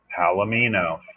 Palomino